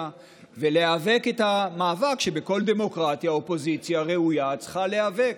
ולהיאבק במאבק שבכל דמוקרטיה אופוזיציה ראויה צריכה להיאבק.